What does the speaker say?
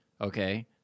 okay